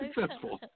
successful